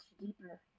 deeper